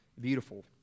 beautiful